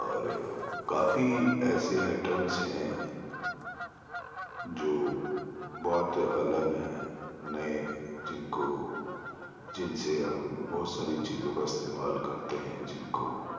اور کافی ایسے آئٹمس ہیں جو بہت الگ ہیں نئے جن کو جن سے ہم بہت ساری چیزوں کا استعمال کرتے ہیں جن کو